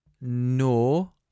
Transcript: No